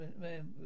man